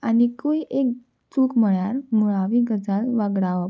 आनीकूय एक चूक म्हळ्यार मुळावी गजाल वागडावप